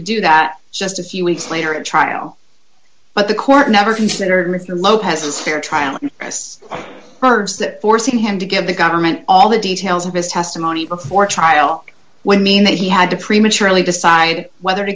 do that just a few weeks later at trial but the court never considered lopez's fair trial this urge that forcing him to give the government all the details of his testimony before trial would mean that he had to prematurely decide whether to